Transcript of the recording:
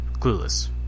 Clueless